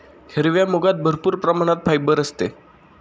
हिरव्या मुगात भरपूर प्रमाणात फायबर असते